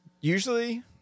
Usually